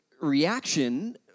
reaction